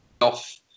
off